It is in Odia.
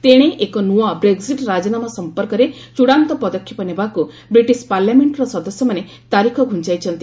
ତେଣେ ଏକ ନୂଆ ବ୍ରେକ୍ଜିଟ୍ ରାଜିନାମା ସଂପର୍କରେ ଚୂଡ଼ାନ୍ତ ପଦକ୍ଷେପ ନେବାକୁ ବ୍ରିଟିଶ ପାର୍ଲାମେଷ୍ଟର ସଦସ୍ୟମାନେ ତାରିଖ ଘୁଞ୍ଚାଇଛନ୍ତି